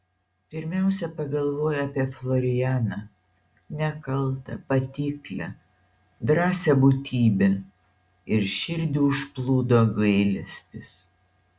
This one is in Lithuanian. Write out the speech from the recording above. pirmiausia pagalvojo apie florianą nekaltą patiklią drąsią būtybę ir širdį užplūdo gailestis